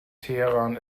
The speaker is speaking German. teheran